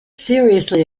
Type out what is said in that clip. seriously